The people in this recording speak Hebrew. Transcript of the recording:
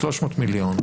300 מיליון,